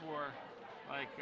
for like